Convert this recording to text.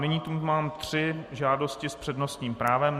Nyní zde mám tři žádosti s přednostním právem.